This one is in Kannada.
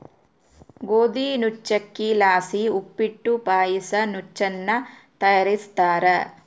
ಗೋದಿ ನುಚ್ಚಕ್ಕಿಲಾಸಿ ಉಪ್ಪಿಟ್ಟು ಪಾಯಸ ನುಚ್ಚನ್ನ ತಯಾರಿಸ್ತಾರ